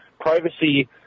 privacy